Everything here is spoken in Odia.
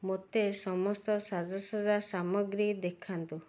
ମୋତେ ସମସ୍ତ ସାଜସଜ୍ଜା ସାମଗ୍ରୀ ଦେଖାନ୍ତୁ